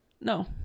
No